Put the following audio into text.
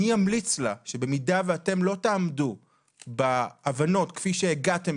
אני אמליץ לה שבמידה ואתם לא תעמדו בהבנות כפי שהגעתם